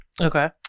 Okay